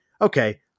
okay